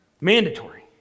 Mandatory